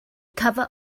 cover